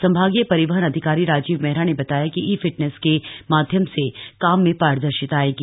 संभागीय रिवहन अधिकारी राजीव मेहरा ने बताया कि ई फिटनेस के माध्यम से काम में शारदर्शिता थ एगी